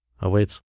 awaits